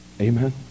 Amen